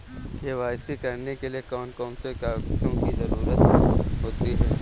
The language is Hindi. के.वाई.सी करने के लिए कौन कौन से कागजों की जरूरत होती है?